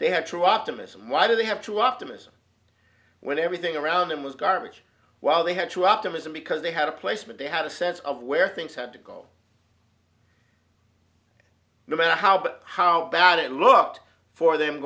to optimism why do they have to optimism when everything around them was garbage while they had to optimism because they had a placement they had a sense of where things had to go no matter how but how bad it looked for them